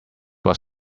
was